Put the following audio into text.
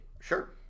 Sure